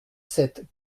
sept